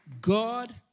God